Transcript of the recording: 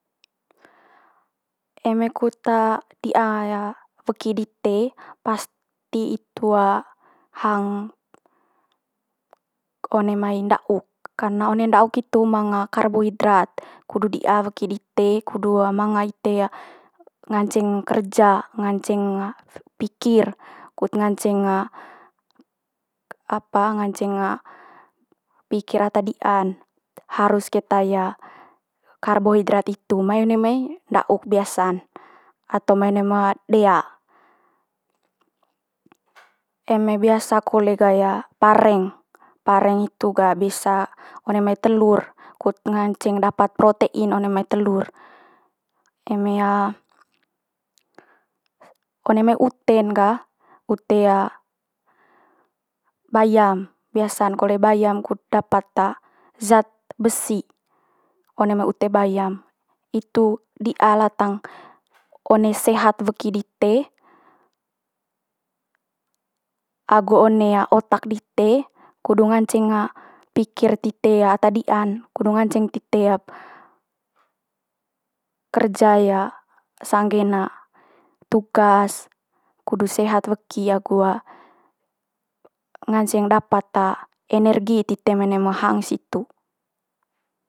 Eme kut di'a weki dite pasti itu one mai nda'uk, karna one nda'uk hitu manga karbohidrat, kudu di'a weki dite kudu manga ite nganceng kerja, nganceng pikir, kut nganceng apa nganceng pikir ata di'an harus keta karbohidrat hitu mai one mai nda'uk biasa'n atau ma one mai dea. Eme biasa kole ga pareng, pareng hitu ga biasa one mai telur kut nganceng dapat protein one mai telur. Eme one mai ute'n ga, ute bayam. Biasan kole bayam kut dapat zat besi, one mai ute bayam itu di'a latang one sehat weki dite agu one otak dite kudu nganceng pikir tite ata di'an, kudu nganceng tite kerja sanggen tugas, kudu sehat weki agu nganceng dapat energi tite me ne mai hang situ.